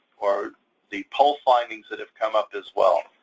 or the poll findings that have come up, as well.